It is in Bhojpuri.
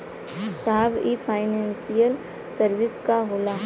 साहब इ फानेंसइयल सर्विस का होला?